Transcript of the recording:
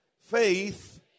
Faith